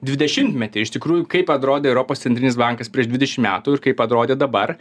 dvidešimmetį iš tikrųjų kaip atrodė europos centrinis bankas prieš dvidešim metų ir kaip atrodė dabar